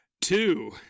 two